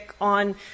on